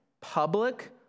public